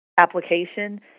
application